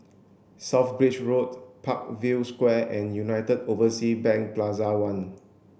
South Bridge Road Parkview Square and United Overseas Bank Plaza One